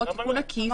תיקון עקיף,